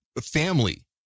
family